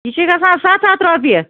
یہِ چھِ گژھان سَتھ ہَتھ روپیہِ